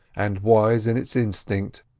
and wise in its instinct,